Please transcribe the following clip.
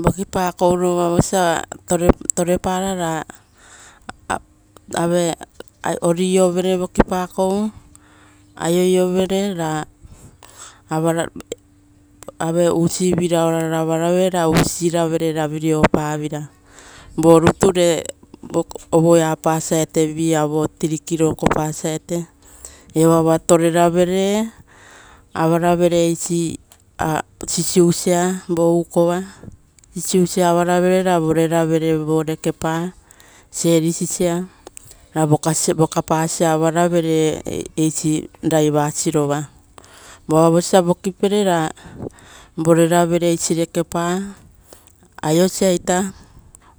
Vokipakou rutu vo, osia torero, ra oriovere, ra aio io vere, rausivira ora ravaravere, ra usiravere raviriopavira, vo ruture vokiarovi. Evoava toreravere, ra, avara vere sisiusa, vo ukova, ra vorera vere vore kepa serisisia, ra vokapasa, avara vere, eisi raiva sirova. Ra vosa vokipere ra, voreravere eisire kepa. Aiosaita ra